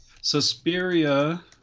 Suspiria